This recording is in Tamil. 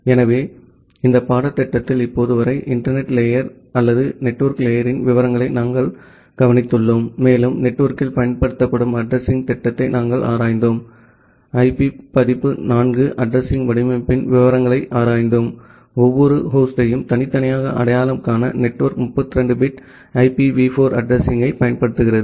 எனவே இந்த பாடத்திட்டத்தில் இப்போது வரை இன்டர்நெட் லேயர் அல்லது நெட்வொர்க் லேயரின் விவரங்களை நாங்கள் கவனித்துள்ளோம் மேலும் நெட்வொர்க்கில் பயன்படுத்தப்படும் அட்ரஸிங்த் திட்டத்தை நாங்கள் ஆராய்ந்தோம் ஐபி பதிப்பு 4 அட்ரஸிங் வடிவமைப்பின் விவரங்களை ஆராய்ந்தோம் ஒவ்வொரு ஹோஸ்டையும் தனித்தனியாக அடையாளம் காண நெட்வொர்க் 32 பிட் ஐபிவி 4 அட்ரஸிங்யைப் பயன்படுத்துகிறது